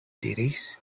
diris